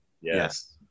Yes